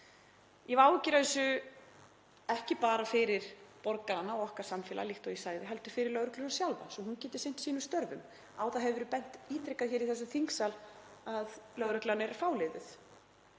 Ég hef áhyggjur af þessu, ekki bara fyrir borgarana og okkar samfélag líkt og ég sagði heldur fyrir lögregluna sjálfa svo að hún geti sinnt sínum störfum. Á það hefur verið bent ítrekað í þessum þingsal að lögreglan er fáliðuð.